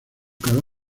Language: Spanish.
cada